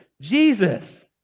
Jesus